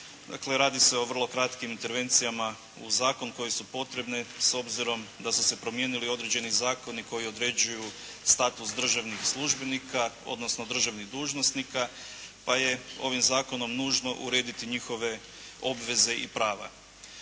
radi se o vrlo kratkim intervencijama u zakon koje su potrebne s obzirom da su se promijenili određeni zakoni koji određuju status državnih službenika, odnosno državnih dužnosnika pa je ovim zakonom nužno urediti njihove obveze i prava.